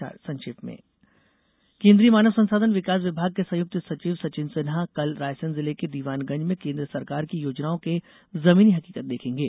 समाचार संक्षेप में केन्द्रीय मानव संसाधन विकास विभाग के संयुक्त सचिव सचिन सिन्हा कल रायसेन जिले के दिवानगंज में केन्द्र सरकार की योजनाओं के जमीनी हकीकत देखेंगे